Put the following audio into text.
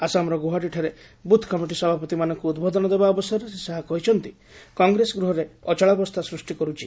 ଆସାମର ଗୌହାଟୀଠାରେ booth committee ସଭାପତିମାନଙ୍କୁ ଉଦ୍ବୋଧନ ଦେବା ଅବସରରେ ଶ୍ରୀ ଶାହା କହିଛନ୍ତି କଂଗ୍ରେସ ଗୃହରେ ଅଚଳାବସ୍ଥା ସୃଷ୍ଟି କରୁଛି